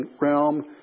realm